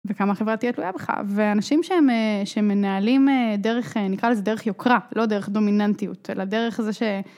וכמה החברה תהיה תלויה בך, ואנשים שמנהלים דרך, נקרא לזה דרך יוקרה, לא דרך דומיננטיות, אלא דרך זה ש...